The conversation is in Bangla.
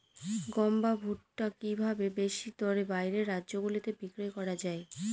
গম বা ভুট্ট কি ভাবে বেশি দরে বাইরের রাজ্যগুলিতে বিক্রয় করা য়ায়?